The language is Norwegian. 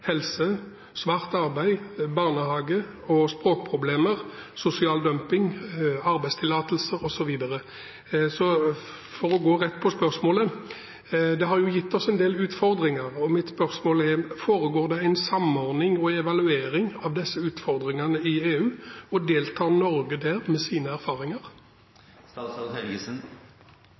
helse, svart arbeid, barnehage, språkproblemer, sosial dumping, arbeidstillatelse osv. Det har gitt oss en del utfordringer. Og for å gå rett på spørsmålet: Foregår det en samordning og evaluering av disse utfordringene i EU, og deltar Norge der med sine erfaringer?